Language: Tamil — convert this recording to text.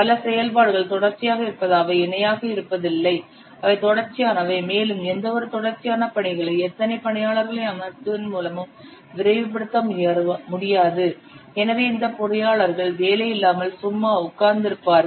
பல செயல்பாடுகள் தொடர்ச்சியாக இருப்பதால் அவை இணையாக இருப்பது இல்லை அவை தொடர்ச்சியானவை மேலும் எந்தவொரு தொடர்ச்சியான பணிகளை எத்தனை பணியாளர்களை பணியமர்த்துவதன் மூலமும் விரைவுபடுத்த முடியாது எனவே இந்த பொறியாளர்கள் வேலை இல்லாமல் சும்மா உட்கார்ந்திருப்பார்கள்